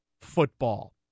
football